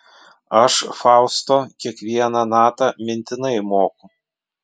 aš fausto kiekvieną natą mintinai moku